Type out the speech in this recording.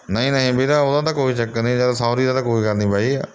ਨਹੀਂ ਨਹੀਂ ਵੀਰੇ ਉਹਦਾ ਤਾਂ ਕੋਈ ਚੱਕਰ ਨਹੀਂ ਯਾਰ ਸੋਰੀ ਇਹ ਤਾਂ ਕੋਈ ਗੱਲ ਨਹੀਂ ਬਾਈ